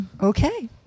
Okay